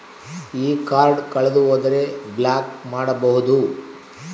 ಈ ಕಾರ್ಡ್ ಕಳೆದು ಹೋದರೆ ಬ್ಲಾಕ್ ಮಾಡಬಹುದು?